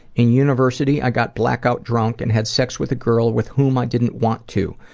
in university i got blackout drunk and had sex with a girl with whom i didn't want to.